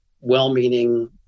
well-meaning